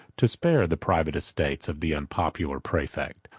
to spare the private estates of the unpopular praefect.